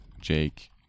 Jake